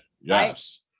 yes